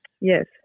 Yes